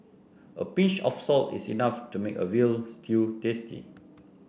a pinch of salt is enough to make a veal stew tasty